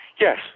Yes